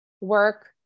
work